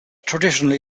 traditionally